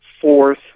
fourth